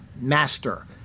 master